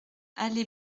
allée